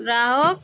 राहो